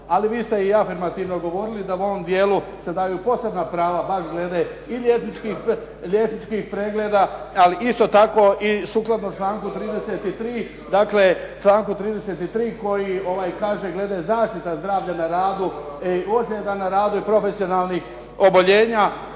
Ali vi ste i afirmativno govorili da u ovom dijelu se daju posebna prava baš glede i liječničkih pregleda ali isto tako i sukladno članku 33. koji kaže glede zaštita zdravlja na radu, ozljeda na radu i profesionalnih oboljenja,